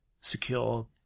secure